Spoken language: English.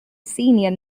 senior